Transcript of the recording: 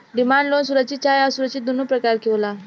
demand loan सुरक्षित चाहे असुरक्षित दुनो प्रकार के होला